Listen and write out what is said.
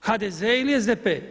HDZ ili SDP?